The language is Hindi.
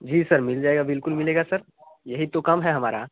जी सर मिल जाएगा बिल्कुल मिलेगा सर यही तो काम है हमारा